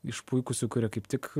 išpuikusių kurie kaip tik